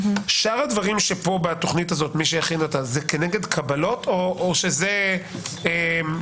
שאר הדברים פה בתכנית הזאת זה כנגד קבלות או זה לקבוצות?